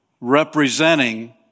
representing